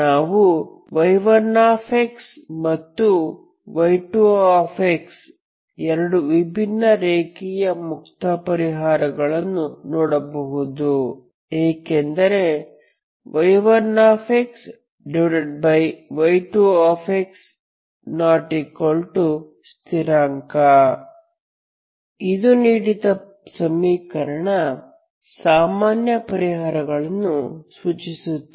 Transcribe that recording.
ನಾವು y1 ಮತ್ತು y2x ಎರಡು ವಿಭಿನ್ನ ರೇಖೀಯ ಮುಕ್ತ ಪರಿಹಾರಗಳನ್ನು ನೋಡಬಹುದು ಏಕೆಂದರೆ y1y2ಸ್ಥಿರಾಂಕ ಇದು ನೀಡಿದ ಸಮೀಕರಣದ ಸಾಮಾನ್ಯ ಪರಿಹಾರವನ್ನು ಸೂಚಿಸುತ್ತದೆ